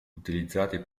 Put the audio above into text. utilizzati